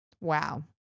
Wow